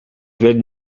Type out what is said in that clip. been